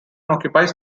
occupies